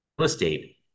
estate